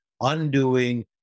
undoing